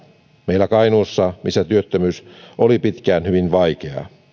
meillä kainuussa missä työttömyys oli pitkään hyvin vaikeaa